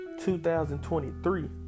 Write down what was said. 2023